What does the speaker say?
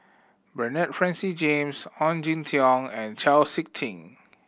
Bernard Francis James Ong Jin Teong and Chau Sik Ting